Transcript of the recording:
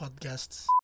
podcasts